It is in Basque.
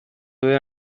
den